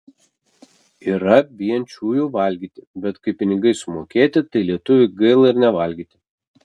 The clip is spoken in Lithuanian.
yra bijančiųjų valgyti bet kai pinigai sumokėti tai lietuviui gaila ir nevalgyti